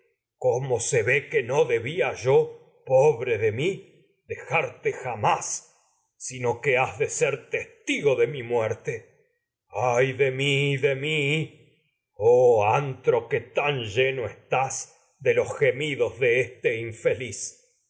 cómo se ve que debía yo pobre de mi dejar jamás mi sino que has de ser testigo de mi muerte ay de de mi de este oh antro infeliz que tan lleno estás en de los ge